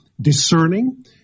discerning